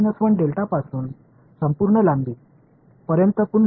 இது லிருந்து நீளத்தின் மொத்த நீளம் வரையில் இருக்கும் மேலும்